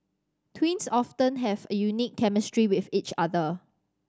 twins often have a unique chemistry with each other